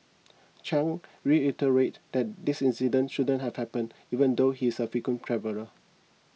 Chang reiterated that this incident shouldn't have happened even though he is a frequent traveller